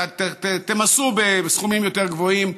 תמסו בסכומים יותר גבוהים,